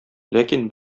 ләкин